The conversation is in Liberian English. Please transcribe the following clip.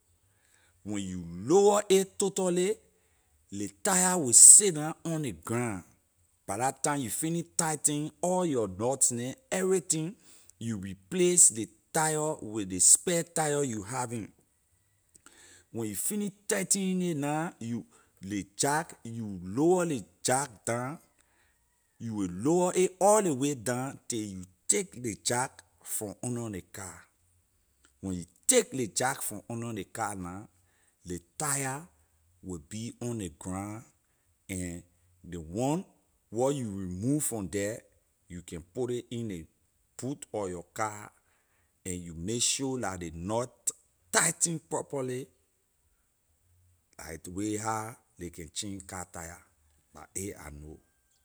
When you lower it totally ley tyre will sit down on ley ground by la time you finish tighten all your knots neh everything you replace ley tyre with ley spare tyre you having when you finish tighten it na you ley jack you lower ley jack down you will lower a all ley way down tay you take ley jack from under ley car when you take ley jack from under ley car na ley tyre will be on ley ground and ley one wor you remove from there you can put ley in ley boot or your car and you make sure la ley nut tighten properly I do wey how ley can change car tyre la a I know.